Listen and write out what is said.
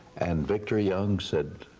and victor young said,